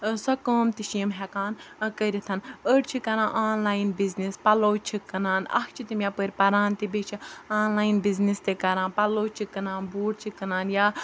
سۄ کٲم تہِ چھِ یِم ہٮ۪کان کٔرِتھ أڑۍ چھِ کَران آنلاین بِزنِس پَلو چھِ کٕنان اَکھ چھِ تِم یَپٲرۍ پَران تہِ بیٚیہِ چھِ آنلاین بِزنِس تہِ کَران پَلو چھِ کٕنان بوٗٹ چھِ کٕنان یا